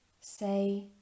say